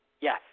yes